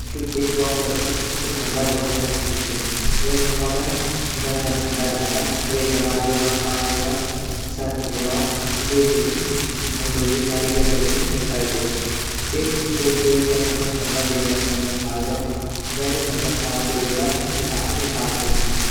जू dish washer ची उ भांडा ध्वोंणे मशीन ची वेमा हम अपरा गंदा भंडा डालदा वेगा बाद वेमा पाणी और सर्फ मिलोंण जैसे की भंडू गी सारी गंदगी निकल जो फिर कुछ देर तक हमून भंडा वे मशीन म छवाड दयोंण जनी भंडा साफ़ वे जोला ऊँ त हम निकाल सकदा।